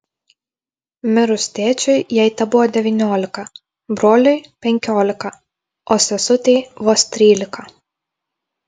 mirus tėčiui jai tebuvo devyniolika broliui penkiolika o sesutei vos trylika